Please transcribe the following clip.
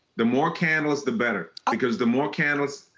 the more candles, the better because the more candles,